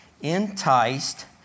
enticed